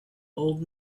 old